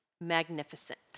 Magnificent